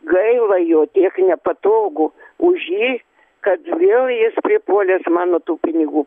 gaila jo tiek nepatogu už jį kad vėl jis pripuolęs mano tų pinigų